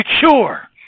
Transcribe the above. secure